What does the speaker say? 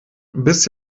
bis